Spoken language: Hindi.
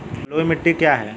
बलुई मिट्टी क्या है?